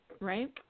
right